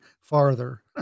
farther